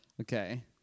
Okay